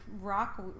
rock